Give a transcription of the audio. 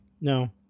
No